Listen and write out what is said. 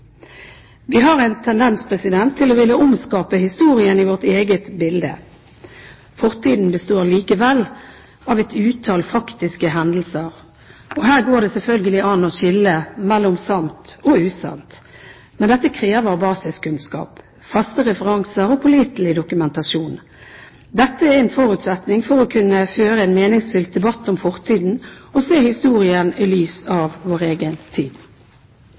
Vi har en tendens til å ville omskape historien i vårt eget bilde. Fortiden består likevel av et utall faktiske hendelser, og her går det selvfølgelig an å skille mellom sant og usant. Men dette krever basiskunnskap, faste referanser og pålitelig dokumentasjon. Dette er en forutsetning for å kunne føre en meningsfylt debatt om fortiden og se historien i lys av vår egen tid.